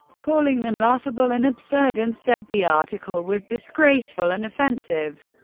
calling them laughable and absurd, and said the article was disgraceful and offensive.